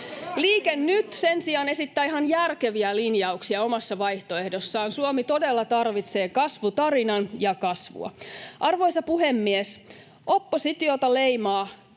Liike Nyt sen sijaan esittää ihan järkeviä linjauksia omassa vaihtoehdossaan. Suomi todella tarvitsee kasvutarinan ja kasvua. Arvoisa puhemies! Oppositiota leimaa